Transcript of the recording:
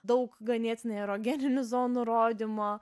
daug ganėtinai erogeninių zonų nurodymo